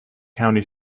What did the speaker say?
county